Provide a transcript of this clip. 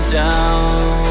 down